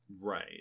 Right